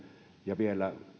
ja vielä